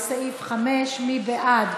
לסעיף 5. מי בעד?